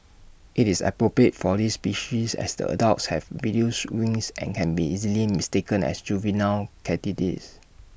it's appropriate for this species as the adults have reduced wings and can be easily mistaken as juvenile katydids